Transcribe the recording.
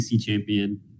champion